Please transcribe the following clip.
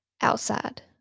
outside